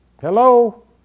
Hello